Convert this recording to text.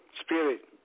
Spirit